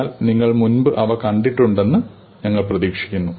എന്നാൽ നിങ്ങൾ മുമ്പ് അവ കണ്ടിട്ടുണ്ടെന്ന് ഞങ്ങൾ പ്രതീക്ഷിക്കുന്നു